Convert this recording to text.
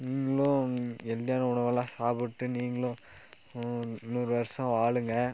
நீங்களும் ஹெல்த்தியான உணவெல்லாம் சாப்பிட்டு நீங்களும் நூறு வருஷம் வாழுங்க